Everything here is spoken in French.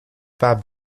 par